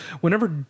Whenever